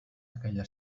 aquella